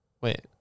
Wait